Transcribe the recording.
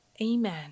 Amen